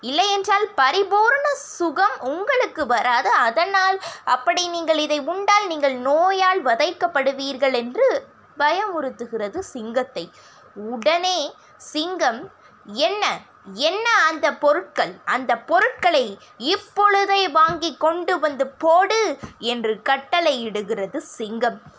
இல்லையென்றால் பரிபூரண சுகம் உங்களுக்கு வராது அதனால் அப்படி நீங்கள் இதை உண்டால் நீங்கள் நோயால் வதைக்கப்படுவீர்கள் என்று பயமுறுத்துகிறது சிங்கத்தை உடனே சிங்கம் என்ன என்ன அந்த பொருட்கள் அந்த பொருட்களை இப்பொழுதே வாங்கிக் கொண்டு வந்து போடு என்று கட்டளை இடுகிறது சிங்கம்